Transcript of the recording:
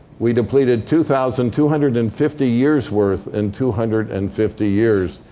we depleted two thousand two hundred and fifty years' worth in two hundred and fifty years.